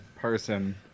person